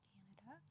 Canada